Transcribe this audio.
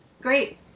great